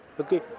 okay